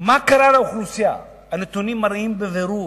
מה קרה לאוכלוסייה, הנתונים מראים בבירור,